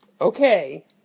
okay